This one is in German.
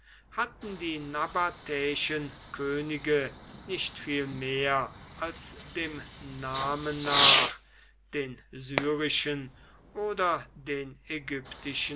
hatten die nabatäischen könige nicht viel mehr als dem namen nach den syrischen oder den